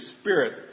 spirit